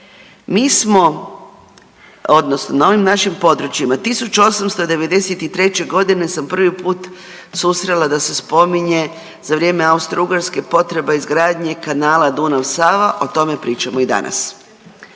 mi smo odnosno na ovim našim područjima, 1893. g. sam prvi put susrela da se spominje u vrijeme Austro-Ugarske potreba izgradnje kanala Dunav-Sava, o tome pričamo i danas.